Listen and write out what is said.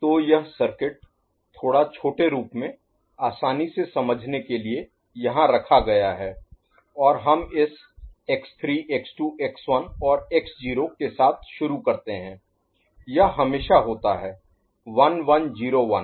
तो यह सर्किट थोड़ा छोटे रूप में आसानी से समझने के लिए यहां रखा गया है और हम इस x3 x2 x1 और x0 के साथ शुरू करते हैं यह हमेशा होता है 1101